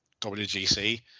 WGC